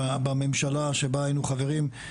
בממשלה שבה היינו חברים,